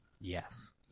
Yes